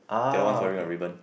the other one's wearing a ribbon